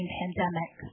pandemic